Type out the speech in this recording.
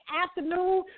afternoon